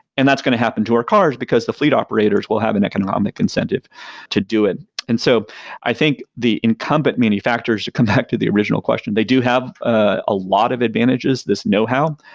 and that's going to happen to our cars, because the fleet operators will have an economic incentive to do it and so i think the incumbent manufacturers should come back to the original question. they do have a lot of advantages, this know how.